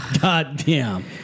Goddamn